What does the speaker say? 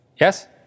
Yes